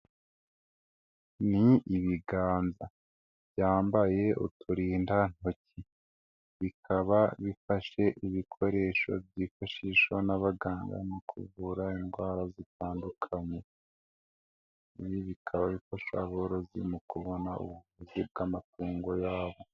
Ni ibiganza, byambaye uturindantoki, bikaba bifashe ibikoresho byifashishwa n'abaganga mu kuvura indwara zitandukanye, ibi bikaba bifasha aborozi mu kubona ubuvuzi bw'amatungo yabo.